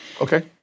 Okay